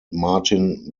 martin